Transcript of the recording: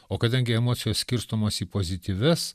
o kadangi emocijos skirstomos į pozityvias